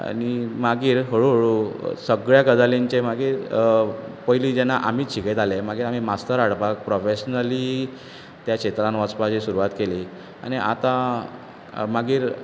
आनी मागीर हळू हळू सगळ्या गजालींचे मागीर पयलीं जेन्ना आमीच शिकयताले मागीर आमी मास्तर हाडपाक प्रॉफॅशनली त्या क्षेत्रांत वचपाची सुरवात केली आनी आतां मागीर